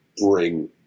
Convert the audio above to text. bring